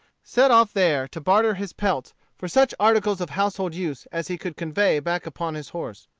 set off there to barter his peltries for such articles of household use as he could convey back upon his horse.